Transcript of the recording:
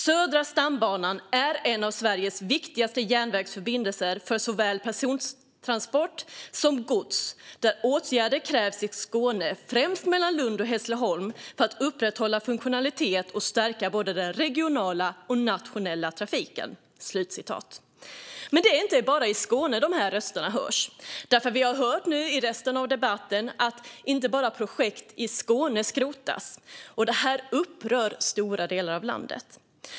Södra stambanan är en av Sveriges viktigaste järnvägsförbindelser för såväl persontransporter som gods, och åtgärder krävs i Skåne, främst mellan Lund och Hässleholm, för att upprätthålla funktionalitet och stärka både den regionala och nationella trafiken. Men det är inte bara i Skåne dessa röster hörs. Vi har nämligen i debatten hört att inte bara projekt i Skåne skrotas. Och detta upprör stora delar av landet.